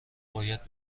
باید